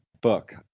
book